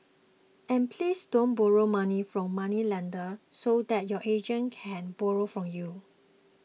and please don't borrow money from moneylenders so that your agent can borrow from you